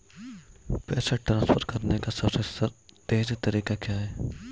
पैसे ट्रांसफर करने का सबसे तेज़ तरीका क्या है?